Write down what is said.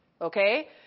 Okay